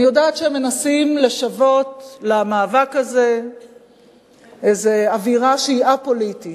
אני יודעת שהם מנסים לשוות למאבק הזה איזה אווירה שהיא א-פוליטית.